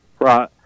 Right